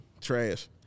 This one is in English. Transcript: Trash